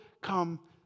come